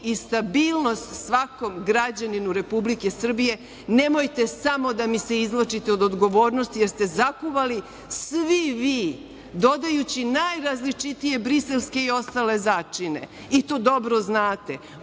i stabilnost svakom građaninu Republike Srbije. Nemojte samo da mi se izvlačite od odgovornosti jer ste zakuvali svi vi, dodajući najrazličitije briselske i ostale začine, i to dobro znate,